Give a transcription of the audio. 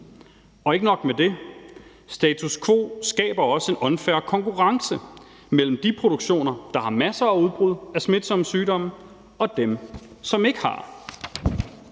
og ikke nok med det, for en status quo skaber også en unfair konkurrence mellem de produktioner, der har masser af udbrud af smitsomme sygdomme, og dem, som ikke har